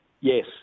Yes